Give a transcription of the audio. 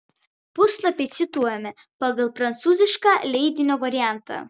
puslapiai cituojami pagal prancūzišką leidinio variantą